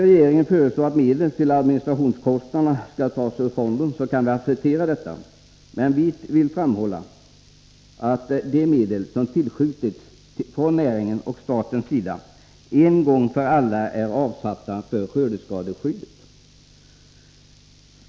Regeringen föreslår att medel till administrationskostnaderna skall tas ur fonden. Vi kan acceptera detta, men vi vill framhålla att de medel som tillskjutits från näringen och statens sida en gång för alla är avsatta för skördeskadeskyddet.